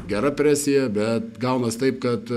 gera presija bet gaunas taip kad